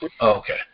Okay